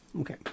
okay